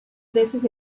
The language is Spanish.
veces